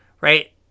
right